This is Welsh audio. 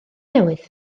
newydd